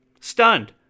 stunned